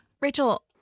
Rachel